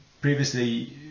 previously